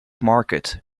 market